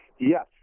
Yes